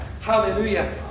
Hallelujah